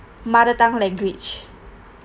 mother tongue language